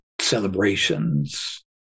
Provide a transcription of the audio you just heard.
celebrations